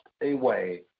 away